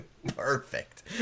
Perfect